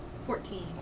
Fourteen